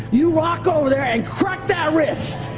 you walk over there and crack that wrist